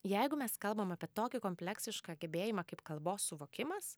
jeigu mes kalbame api tokį kompleksišką gebėjimą kaip kalbos suvokimas